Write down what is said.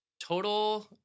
total